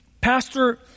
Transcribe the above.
Pastor